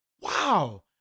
wow